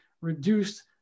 reduced